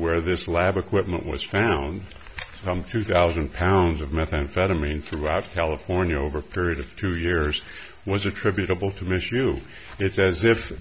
where this lab equipment was found some two thousand pounds of methamphetamine throughout california over period of two years was attributable to miss you it's as if